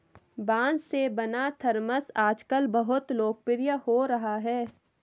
बाँस से बना थरमस आजकल बहुत लोकप्रिय हो रहा है